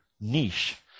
niche